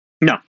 No